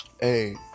hey